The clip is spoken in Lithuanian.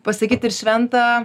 pasakyti ir šventa